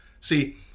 See